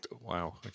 Wow